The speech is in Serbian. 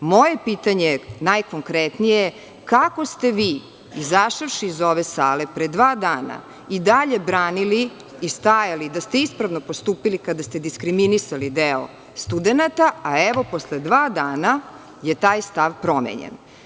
Moje pitanje je, najkonkretnije, kako ste vi izašavši iz ove sale pre dva dana i dalje branili i stajali da ste ispravno postupili kada ste diskriminisali deo studenata a evo posle dva dana je taj stav promenjen?